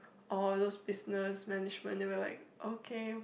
all of those business management then we're like okay